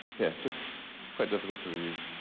yeah, just quite difficult to reuse